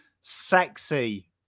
sexy